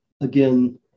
Again